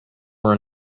were